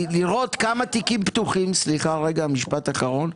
משפט אחרון.